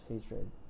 hatred